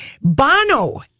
Bono